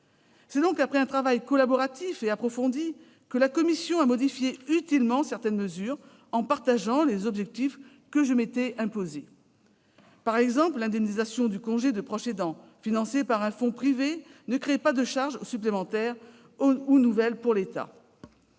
C'est donc après un travail collaboratif et approfondi que la commission a modifié utilement certaines mesures, tout en partageant les objectifs que je m'étais fixés. Ainsi, l'indemnisation du congé de proche aidant, financée par un fonds privé, ne crée pas de charges supplémentaires ou nouvelles pour l'État.